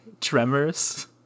tremors